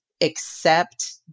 accept